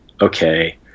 okay